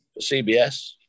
CBS